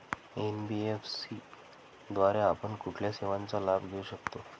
NBFC द्वारे आपण कुठल्या सेवांचा लाभ घेऊ शकतो?